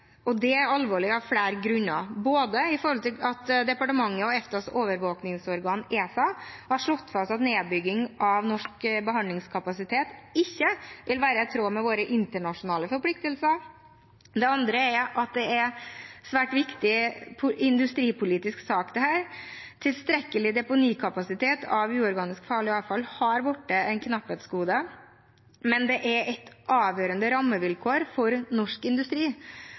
alvorlig av flere grunner. Det ene er at departementet og EFTAs overvåkingsorgan ESA har slått fast at nedbygging av norsk behandlingskapasitet ikke vil være i tråd med våre internasjonale forpliktelser. Det andre er at dette er en svært viktig industripolitisk sak. Tilstrekkelig deponikapasitet av uorganisk farlig avfall har blitt et knapphetsgode, men det er et avgjørende rammevilkår for norsk industri.